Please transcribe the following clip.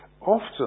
often